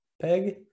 peg